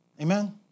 Amen